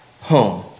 home